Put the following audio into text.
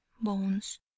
bones